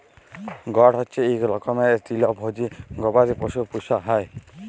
goat হচ্যে ইক রকমের তৃলভজী গবাদি পশু পূষা হ্যয়